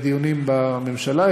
בדיונים בממשלה.